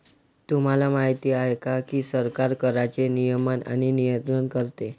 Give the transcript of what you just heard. तुम्हाला माहिती आहे का की सरकार कराचे नियमन आणि नियंत्रण करते